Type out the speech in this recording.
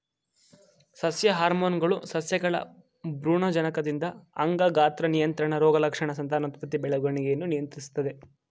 ಸಸ್ಯ ಹಾರ್ಮೋನ್ಗಳು ಸಸ್ಯಗಳ ಭ್ರೂಣಜನಕದಿಂದ ಅಂಗ ಗಾತ್ರ ನಿಯಂತ್ರಣ ರೋಗಲಕ್ಷಣ ಸಂತಾನೋತ್ಪತ್ತಿ ಬೆಳವಣಿಗೆಯನ್ನು ನಿಯಂತ್ರಿಸ್ತದೆ